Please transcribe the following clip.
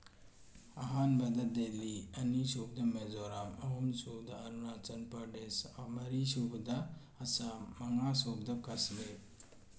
ꯑꯍꯥꯟꯕꯗ ꯗꯦꯜꯂꯤ ꯑꯅꯤ ꯁꯨꯕꯗ ꯃꯤꯖꯣꯔꯥꯝ ꯑꯍꯨꯝ ꯁꯨꯕꯗ ꯑꯔꯨꯅꯥꯆꯜ ꯄ꯭ꯔꯗꯦꯁ ꯃꯔꯤ ꯁꯨꯕꯗ ꯑꯁꯥꯝ ꯃꯉꯥ ꯁꯨꯕꯗ ꯀꯥꯁꯃꯤꯔ